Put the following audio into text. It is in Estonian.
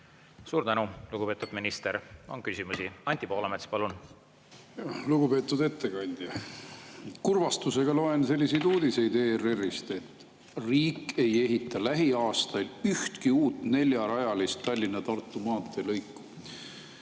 Suur tänu, lugupeetud minister! On küsimusi. Anti Poolamets, palun! Lugupeetud ettekandja! Kurvastusega loen ERR‑ist selliseid uudiseid, et riik ei ehita lähiaastail ühtki uut neljarajalist Tallinna–Tartu maantee lõiku.